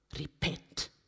repent